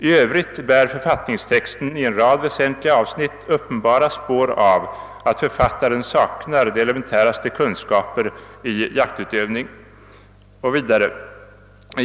I övrigt bär författningstexten i en rad väsentliga avsnitt uppenbara spår av att författaren saknar de elementäraste kunskaper i jaktutövning.